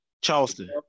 Charleston